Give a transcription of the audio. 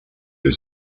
was